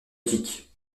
boutique